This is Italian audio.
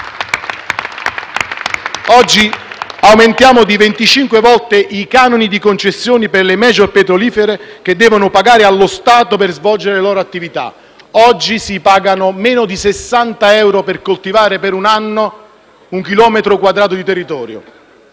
Oggi aumentiamo di venticinque volte i canoni di concessione che le *major* petrolifere devono pagare allo Stato per svolgere le loro attività (oggi si pagano meno di 60 euro per coltivare idrocarburi per un anno su un chilometro quadrato di territorio).